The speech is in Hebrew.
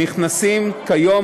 נכנסים כיום.